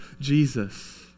Jesus